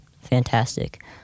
fantastic